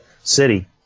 City